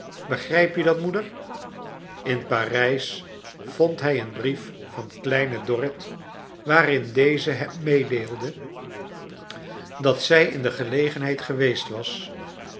begrijp je dat moeder in parijs vond hij een brief van kleine dorrit waarin deze hem meedeelde dat zij in de gelegenheid geweest was